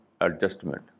adjustment